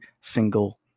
single